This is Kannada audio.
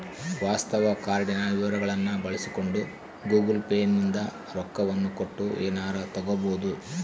ವಾಸ್ತವ ಕಾರ್ಡಿನ ವಿವರಗಳ್ನ ಬಳಸಿಕೊಂಡು ಗೂಗಲ್ ಪೇ ಲಿಸಿಂದ ರೊಕ್ಕವನ್ನ ಕೊಟ್ಟು ಎನಾರ ತಗಬೊದು